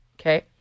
Okay